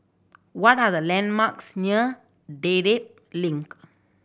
what are the landmarks near Dedap Link